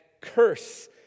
curse